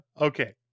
okay